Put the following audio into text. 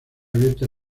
abierta